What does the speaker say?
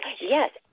Yes